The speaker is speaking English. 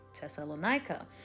Thessalonica